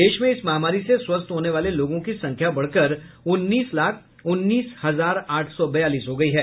देश में इस महामारी से स्वस्थ होने वाले लोगों की संख्या बढ़कर उन्नीस लाख उन्नीस हजार आठ सौ बयालीस हो गयी है